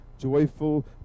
joyful